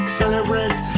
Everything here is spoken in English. celebrate